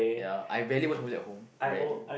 ya I rarely watch movie at home rarely